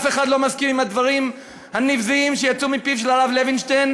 אף אחד לא מסכים לדברים הנבזיים שיצאו מפיו של הרב לוינשטיין,